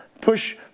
push